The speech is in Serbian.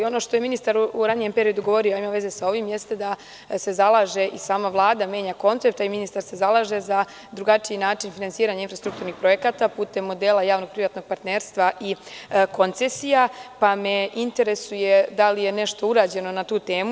Ono što je ministar u ranijem periodu govorio, a ima veze sa ovim jeste da se zalaže i sama Vlada menja koncept, a i ministar se zalaže za drugačiji način finansiranja projekata putem modela javno-privatnog partnerstva i koncesija, pa me interesuje da li je nešto urađeno na tu temu?